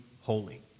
holy